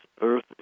Earth